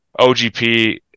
OGP